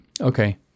Okay